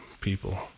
people